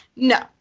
no